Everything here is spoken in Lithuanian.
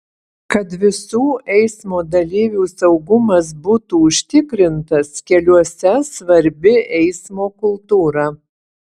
kad visų eismo dalyvių saugumas būtų užtikrintas keliuose svarbi eismo kultūra